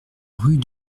rue